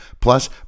plus